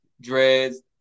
Dreads